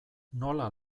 nola